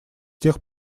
тех